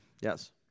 Yes